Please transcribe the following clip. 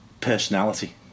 personality